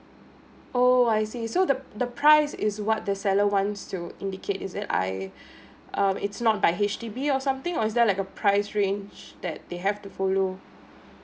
oh I see so the the price is what the seller wants to indicate is it I um it's not by H_D_B or something or is there like a price range that they have to follow